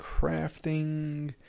crafting